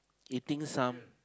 eating some